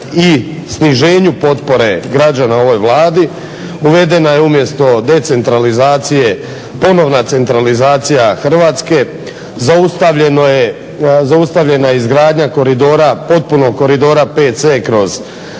i sniženju potpore građana ovoj Vladi. Uvedena je umjesto decentralizacije ponovna centralizacija Hrvatske, zaustavljena je izgradnja potpunog Koridora VC kroz Slavoniju